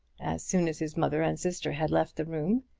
as soon as his mother and sister had left the room,